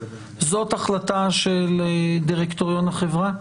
זו החלטה של דירקטוריון החברה?